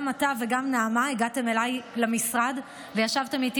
גם אתה וגם נעמה הגעתם אליי למשרד וישבתם איתי,